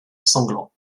sanglant